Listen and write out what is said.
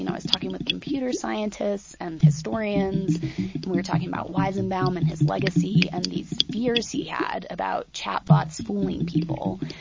you know, i was talking with computer scientists and historians and we were talking about weizenbaum and his legacy and these fears he had about chatbots fooling people.